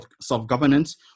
self-governance